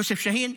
יוסף שאהין.